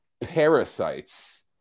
parasites